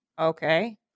Okay